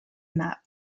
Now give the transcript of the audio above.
map